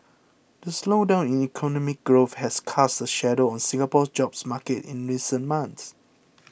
the slowdown in economic growth has cast a shadow on Singapore's job market in recent months